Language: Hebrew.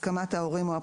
אחרי המילים "עבירה